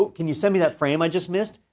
can you send me that frame i just missed?